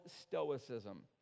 Stoicism